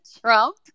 Trump